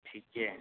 ठीक है